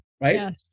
Right